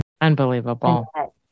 Unbelievable